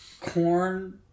Corn